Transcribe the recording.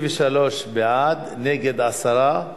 בעד, 29, נגד, 10,